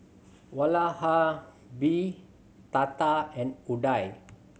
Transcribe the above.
Vallabhbhai Tata and Udai